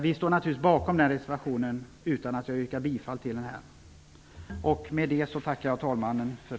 Vi står naturligtvis bakom den reservationen även om jag inte yrkar bifall till den här.